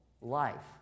life